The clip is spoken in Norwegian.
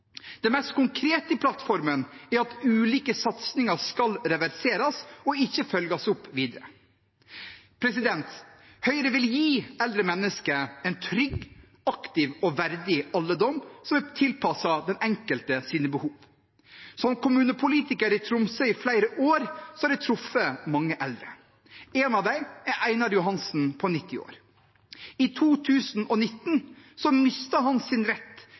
Det mest konkrete i plattformen er at ulike satsinger skal reverseres og ikke følges opp videre. Høyre vil gi eldre mennesker en trygg, aktiv og verdig alderdom som er tilpasset den enkeltes behov. Som kommunepolitiker i Tromsø i flere år har jeg truffet mange eldre. En av dem er Einar Johansen på 90 år. I 2019 mistet han sin rett